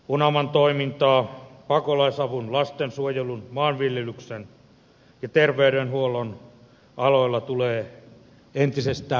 unaman toimintaa pakolaisavun lastensuojelun maanviljelyksen ja terveydenhuollon aloilla tulee entisestään vahvistaa